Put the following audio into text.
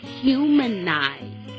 humanize